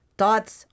dots